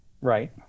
right